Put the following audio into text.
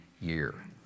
year